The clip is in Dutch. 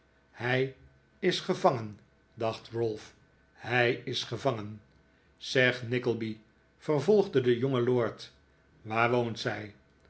hij is gevangen dacht ralph hij is gevangen zeg nickleby vervolgde de jonge lord waar woont zij